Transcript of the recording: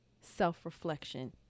self-reflection